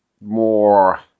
more